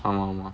!alamak!